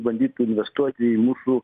bandyt investuot į mūsų